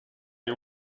you